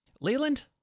Leland